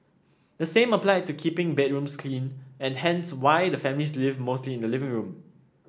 the same applied to keeping bedrooms clean and hence why the family lived mostly in the living room